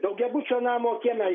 daugiabučio namo kieme